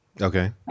Okay